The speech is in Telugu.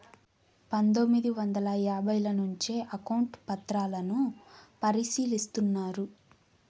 పందొమ్మిది వందల యాభైల నుంచే అకౌంట్ పత్రాలను పరిశీలిస్తున్నారు